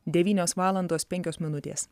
devynios valandos penkios minutės